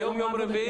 היום יום רביעי.